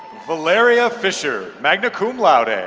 valeria fisher, magna cum laude. and